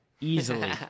easily